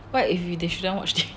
what if they shouldn't watch T~